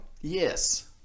Yes